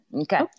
okay